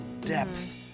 depth